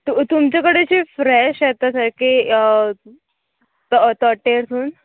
तुम तुमचे कडेन अशें फ्रॅश येता सारकें तो हॉटेल सून